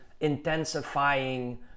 intensifying